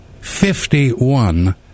Fifty-one